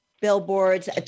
billboards